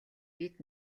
бид